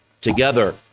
together